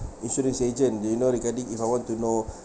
insurance agent do you know regarding if I want to know